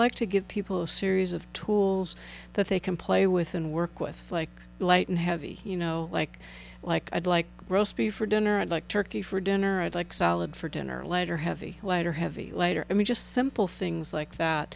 to give people a series of tools that they can play with and work with like light and heavy you know like like i'd like roast beef for dinner at like turkey for dinner i'd like salad for dinner later heavy lighter heavy lighter i mean just simple things like that